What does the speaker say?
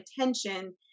attention